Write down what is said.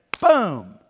boom